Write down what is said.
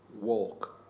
walk